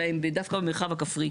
אלא הן דווקא במרחב הכפרי.